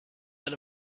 that